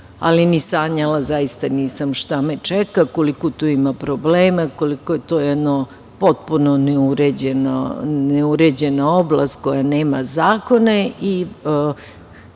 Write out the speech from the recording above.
ali ni sanjala zaista nisam šta me čeka, koliko tu ima problema i koliko je to jedna potpuno neuređena oblast koja nema zakone.